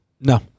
No